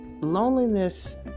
Loneliness